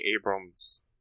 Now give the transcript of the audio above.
Abrams